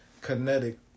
kinetic